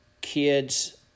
kids